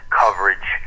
coverage